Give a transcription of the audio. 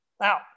Now